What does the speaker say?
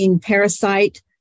parasite